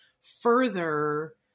further